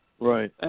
Right